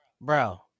bro